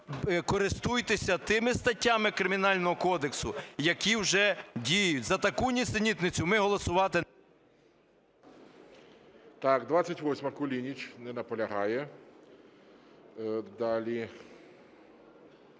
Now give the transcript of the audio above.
користуйтеся тими статтями Кримінального кодексу, які вже діють. За таку нісенітницю ми голосувати… ГОЛОВУЮЧИЙ. Так, 28-а, Кулініч. Не наполягає. Далі.